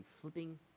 flipping